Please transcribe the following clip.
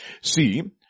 see